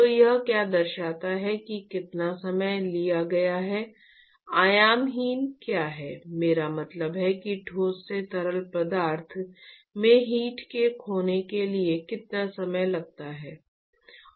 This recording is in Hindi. तो यह क्या दर्शाता है कि कितना समय लिया गया है आयामहीन क्या है मेरा मतलब है कि ठोस से तरल पदार्थ में हीट के खोने के लिए कितना समय लगता है